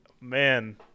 man